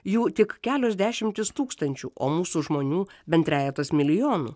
jų tik kelios dešimtys tūkstančių o mūsų žmonių bent trejetas milijonų